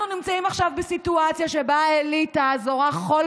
אנחנו נמצאים עכשיו בסיטואציה שבה האליטה זורה חול